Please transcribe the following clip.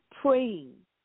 praying